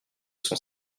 sont